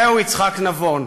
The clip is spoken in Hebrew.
זהו יצחק נבון.